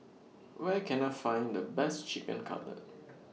Where Can I Find The Best Chicken Cutlet